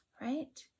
right